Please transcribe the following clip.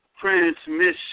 transmission